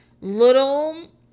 little